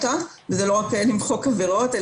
זה לא רק למחוק עבירות,